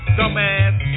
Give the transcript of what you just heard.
Dumbass